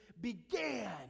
began